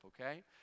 okay